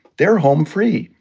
they're home free,